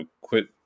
quit